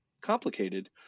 complicated